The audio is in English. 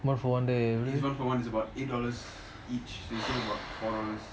one for one day எவ்ளோ:evlo